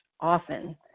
often